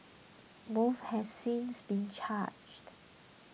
both have since been charged